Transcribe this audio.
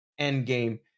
Endgame